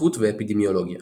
שכיחות ואפידמיולוגיה